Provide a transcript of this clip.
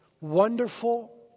wonderful